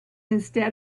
instead